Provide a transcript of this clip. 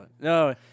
No